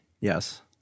Yes